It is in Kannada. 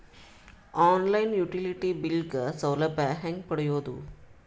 ಆನ್ ಲೈನ್ ಯುಟಿಲಿಟಿ ಬಿಲ್ ಗ ಸೌಲಭ್ಯ ಹೇಂಗ ಪಡೆಯೋದು?